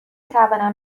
توانم